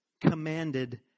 Commanded